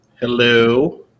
hello